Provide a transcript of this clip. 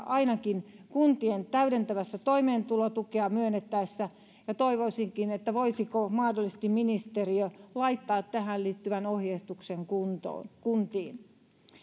ainakin kuntien täydentävää toimeentulotukea myönnettäessä ja toivoisinkin että voisiko mahdollisesti ministeriö laittaa tähän liittyvän ohjeistuksen kuntiin